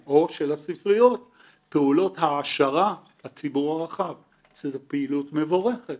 לבין הרצאה שבה מורה מביא לשם המחשה בכיתה.